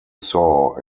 saw